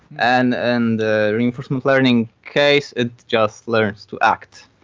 and and the reinforcement learning case, it just learns to act.